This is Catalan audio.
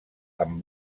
amb